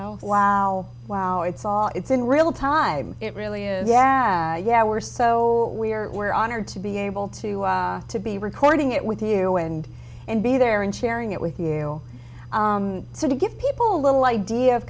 so wow wow it's all it's in real time it really is yeah yeah we're so we're we're honored to be able to to be recording it with you and and be there and sharing it with you so to give people a little idea of